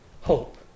hope